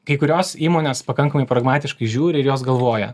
kai kurios įmonės pakankamai pragmatiškai žiūri ir jos galvoja